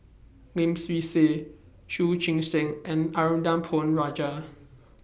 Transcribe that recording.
Lim Swee Say Chu Chee Seng and Arumugam Ponnu Rajah